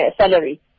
salary